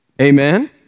Amen